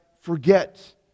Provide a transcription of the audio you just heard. forget